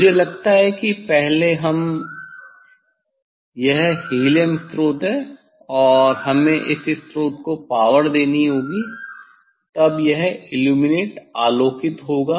मुझे लगता है कि पहले हम यह हीलियम स्रोत है और हमें इस स्रोत को पावर देनी होगी तब यह आलोकित होगा